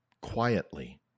quietly